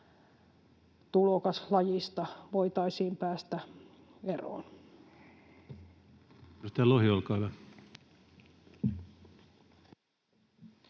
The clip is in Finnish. tulokaslajista voitaisiin päästä eroon.